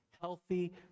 healthy